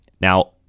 now